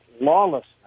lawlessness